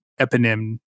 eponym